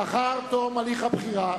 לאחר תום הליך הבחירה